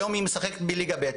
היום היא משחקת בליגה ב'.